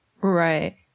Right